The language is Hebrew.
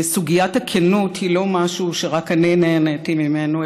וסוגיית הכנות היא לא משהו שרק אני נהניתי ממנו,